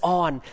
on